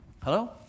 Hello